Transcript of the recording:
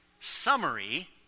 summary